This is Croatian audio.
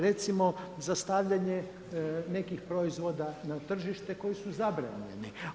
Recimo za stavljanje nekih proizvoda na tržište koji su zabranjeni.